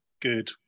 good